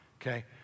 okay